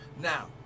Now